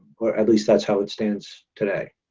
but, at least, that's how it stands today.